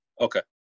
Okay